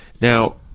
Now